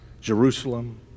Jerusalem